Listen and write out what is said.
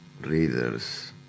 readers